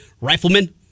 rifleman